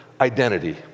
identity